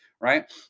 right